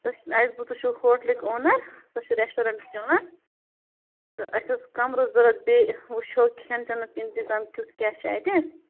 أسۍ اَسہِ بوٗز تُہۍ چھُو ہوٹلٕکۍ اونَر تۄہہِ چھُو ریسٹورَنٛٹہٕ چلان تہٕ اَسہِ اوس کَمرٕ ضروٗرت بیٚیہِ وُچھَو کھٮ۪ن چٮ۪نُک اِنتظام کٮُ۪تھ کیٛاہ چھُ اَتہِ